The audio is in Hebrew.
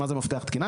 מה זה מפתח תקינה?